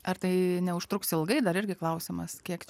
ar tai neužtruks ilgai dar irgi klausimas kiek